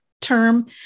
term